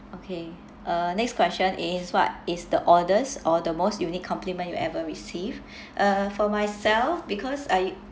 okay uh next question is what is the oddest or the most unique compliment you ever received uh for myself because I